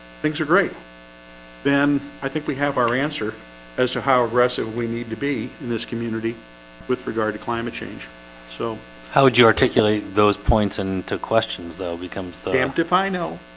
things are great then i think we have our answer as to how aggressive we need to be in this community with regard to climate change so how would you articulate those points and two questions, they'll become stamped if i know